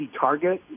target